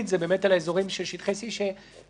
ועד כמה שאנחנו מבינים במצב הקיים ניתנים הסכמי הרשאה לפיתוח,